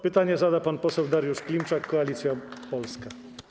Pytanie zada pan poseł Dariusz Klimczak, Koalicja Polska.